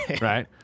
Right